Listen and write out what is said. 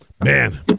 man